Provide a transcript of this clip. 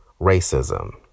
racism